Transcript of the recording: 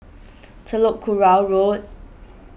Telok Kurau Road